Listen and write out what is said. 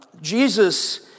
Jesus